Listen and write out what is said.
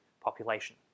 population